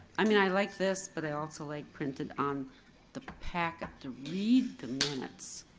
i mean i like this, but i also like printed on the packet to read the minutes.